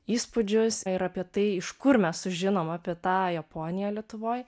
įspūdžius ir apie tai iš kur mes sužinom apie tą japoniją lietuvoj